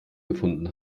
gefunden